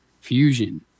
fusion